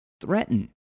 threaten